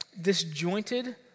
disjointed